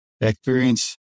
experience